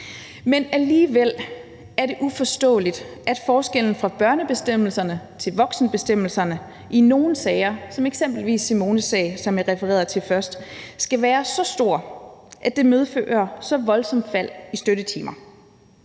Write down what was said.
Men alligevel er det uforståeligt, at forskellen fra børnebestemmelserne til voksenbestemmelserne i nogle sager som f.eks. Simones sag, som jeg refererede til først, skal være så stor, at det medfører så voldsomt et fald i støttetimer.